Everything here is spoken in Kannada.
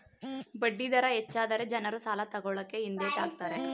ಬಡ್ಡಿ ದರ ಹೆಚ್ಚಾದರೆ ಜನರು ಸಾಲ ತಕೊಳ್ಳಕೆ ಹಿಂದೆಟ್ ಹಾಕ್ತರೆ